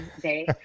day